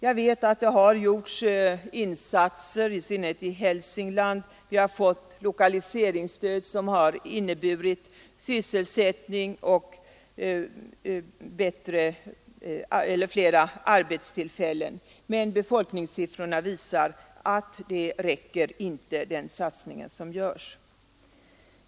Jag vet att det har gjorts insatser, i synnerhet i Hälsingland — vi har fått lokaliseringsstöd som har inneburit flera arbetstillfällen — men befolkningssiffrorna visar att den satsningen inte räcker.